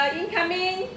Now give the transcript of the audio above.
incoming